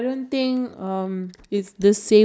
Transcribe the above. oh is it like the cartoon